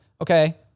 Okay